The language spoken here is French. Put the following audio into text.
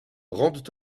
rendent